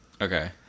Okay